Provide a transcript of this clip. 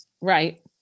right